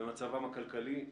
במצבם הכלכלי,